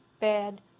bad